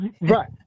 right